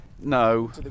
no